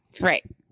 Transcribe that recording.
Right